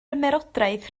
ymerodraeth